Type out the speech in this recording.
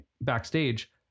backstage